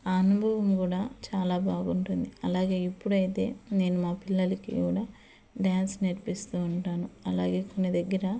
ఆ అనుభవము కూడా చాలా బాగుంటుంది అలాగే ఇప్పుడైతే నేను మా పిల్లలకి కూడా డాన్స్ నేర్పిస్తు ఉంటాను అలాగే తన దగ్గర